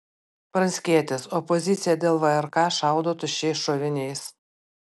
pranckietis opozicija dėl vrk šaudo tuščiais šoviniais